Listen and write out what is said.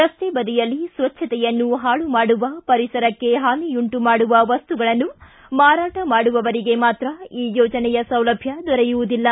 ರಸ್ತೆ ಬದಿಯಲ್ಲಿ ಸ್ವಚ್ಛತೆಯನ್ನು ಹಾಳು ಮಾಡುವ ಪರಿಸರಕ್ಕೆ ಹಾನಿಯುಂಟು ಮಾಡುವ ವಸ್ತುಗಳನ್ನು ಮಾರಾಟ ಮಾಡುವವರಿಗೆ ಮಾತ್ರ ಈ ಯೋಜನೆಯ ಸೌಲಭ್ಯ ದೊರೆಯುವುದಿಲ್ಲ